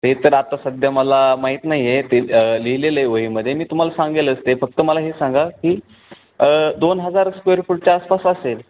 ते तर आता सध्या मला माहीत नाही आहे ते लिहिलेलं आहे वहीमध्ये मी तुम्हाला सांगेलच ते फक्त मला हे सांगा की दोन हजार स्क्वेअर फूटच्या आसपास असेल